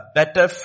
better